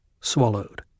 swallowed